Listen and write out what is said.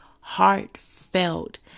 heartfelt